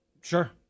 Sure